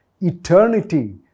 eternity